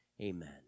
amen